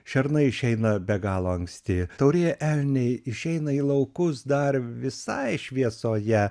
šernai išeina be galo anksti taurieji elniai išeina į laukus dar visai šviesoje